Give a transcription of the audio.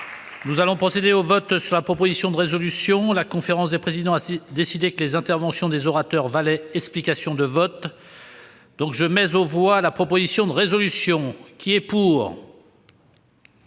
Nous allons procéder au vote sur la proposition de résolution. La conférence des présidents a décidé que les interventions des orateurs valaient explications de vote. Je mets aux voix la proposition de résolution.